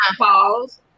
pause